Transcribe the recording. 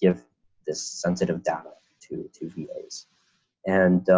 give this sensitive data to to videos? and